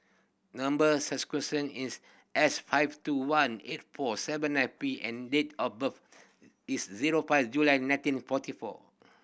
number is S five two one eight four seven nine P and date of birth is zero five July nineteen forty four